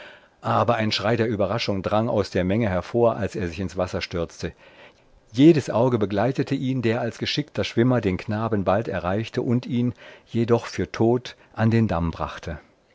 aber ein schrei der überraschung drang aus der menge hervor als er sich ins wasser stürzte jedes auge begleitete ihn der als geschickter schwimmer den knaben bald erreichte und ihn jedoch für tot an den damm brachte